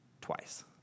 Twice